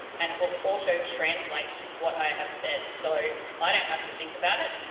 and it will auto-translate what i have said, so i don't have to think about it,